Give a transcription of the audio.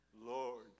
Lord